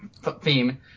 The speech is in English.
Theme